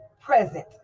present